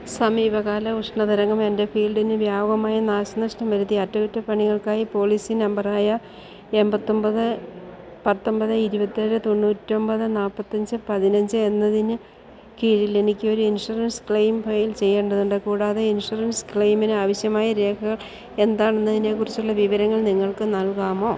സമീപകാല ഉഷ്ണതരംഗം എൻ്റെ ഫീൽഡിന് വ്യാപകമായ നാശനഷ്ടം വരുത്തി അറ്റകുറ്റപ്പണികൾക്കായി പോളിസി നമ്പറായ എണ്പത്തിയൊമ്പത് പത്തൊമ്പത് ഇരുപത്തിയേഴ് തൊണ്ണൂറ്റിയൊമ്പത് നാല്പ്പത്തിയഞ്ച് പതിനഞ്ച് എന്നതിന് കീഴില് എനിക്കൊരു ഇൻഷുറൻസ് ക്ലെയിം ഫയൽ ചെയ്യേണ്ടതുണ്ട് കൂടാതെ ഇൻഷുറൻസ് ക്ലെയിമിന് ആവശ്യമായ രേഖകൾ എന്താണെന്നതിനെക്കുറിച്ചുള്ള വിവരങ്ങൾ നിങ്ങൾക്ക് നൽകാമോ